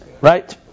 Right